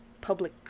public